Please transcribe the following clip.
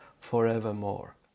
forevermore